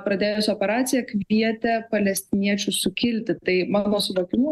pradėjus operaciją kvietė palestiniečius sukilti tai mano suvokimu